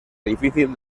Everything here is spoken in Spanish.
difícil